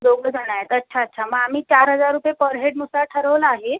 दोघं जण आहेत अच्छा अच्छा मग आम्ही चार हजार रुपये पर हेडनुसार ठरवलं आहे